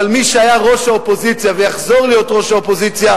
אבל מי שהיה ראש האופוזיציה ויחזור להיות ראש האופוזיציה,